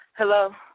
Hello